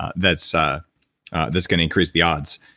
ah that's ah that's gonna increase the odds.